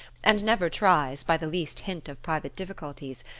and never tries, by the least hint of private difficulties,